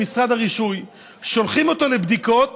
וממשרד הרישוי שולחים אותו לבדיקות,